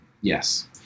Yes